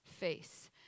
face